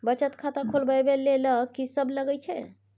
बचत खाता खोलवैबे ले ल की सब लगे छै?